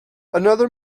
another